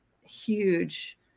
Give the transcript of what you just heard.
huge